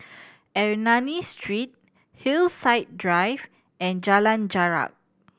Ernani Street Hillside Drive and Jalan Jarak